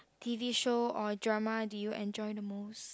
t_v show or drama do you enjoy the most